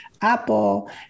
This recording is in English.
apple